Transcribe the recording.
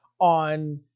on